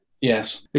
Yes